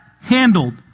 handled